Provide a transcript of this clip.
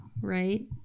right